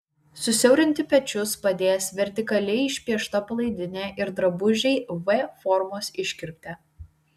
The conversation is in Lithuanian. susiaurinti pečius padės vertikaliai išpiešta palaidinė ir drabužiai v formos iškirpte